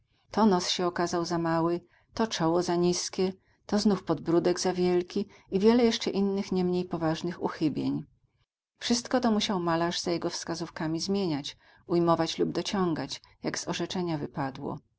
to nos się okazał za mały to czoło za niskie to znów podbródek za wielki i wiele jeszcze innych niemniej poważnych uchybień wszystko to musiał malarz za jego wskazówkami zmieniać ujmować lub dociągać jak z orzeczenia wypadło